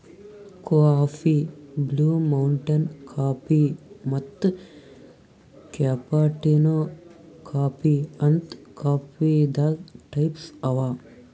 ಕೋಆ coffee, blue mountain coffee ಮತ್ತ್ cappuccino coffee ಅಂತ್ ಕಾಫೀದಾಗ್ ಟೈಪ್ಸ್ ಅವಾ